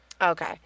Okay